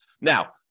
Now